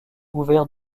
ouvert